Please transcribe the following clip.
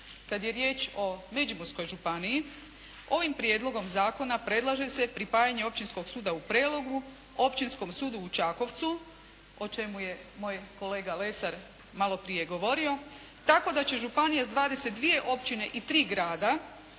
Kad je riječ o Međimurskoj županiji ovim prijedlogom zakona predlaže se pripajanje Općinskog suda u Prelogu općinskom sudu u Čakovcu o čemu je moj kolega Lesar malo prije govorio, tako da će županija sa 22 općine i 3 grada